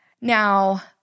Now